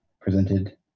presented